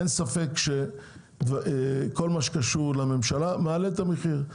אין ספק שכל מה שקשור לממשלה מעלה את המחיר.